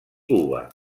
cuba